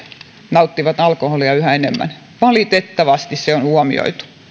nauttivat alkoholia yhä enemmän valitettavasti se on huomioitu